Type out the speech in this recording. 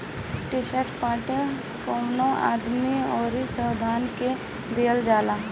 trust fund कवनो आदमी अउरी संस्था के देहल जाला